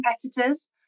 competitors